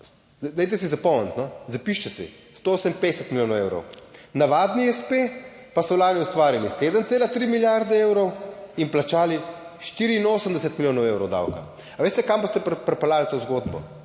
Dajte si zapomniti, no, zapišite si. 158 milijonov evrov, navadni s. p., pa so lani ustvarili 7,3 milijarde evrov in plačali 84 milijonov evrov davka. A veste, kam boste pripeljali to zgodbo?